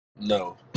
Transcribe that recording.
No